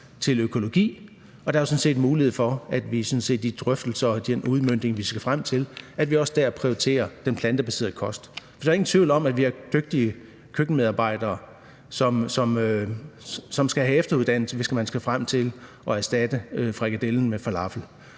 til økologi, og der er mulighed for, at vi i de drøftelser, vi skal have, og den udmøntning, vi skal frem til, prioriterer den plantebaserede kost. For der er ingen tvivl om, at vi har dygtige køkkenmedarbejdere, som skal have efteruddannelse, hvis man skal frem til at erstatte frikadelle med falafel.